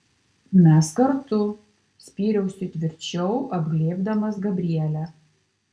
mes kartu spyriausi tvirčiau apglėbdamas gabrielę